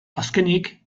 azkenik